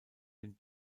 den